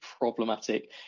problematic